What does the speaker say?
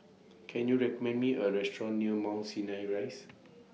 Can YOU recommend Me A Restaurant near Mount Sinai Rise